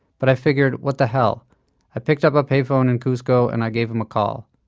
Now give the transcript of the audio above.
but i figured, what the hell i picked up a pay phone in cuzco and i gave him a call.